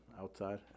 outside